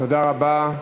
תודה רבה.